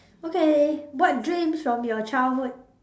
okay what dreams from your childhood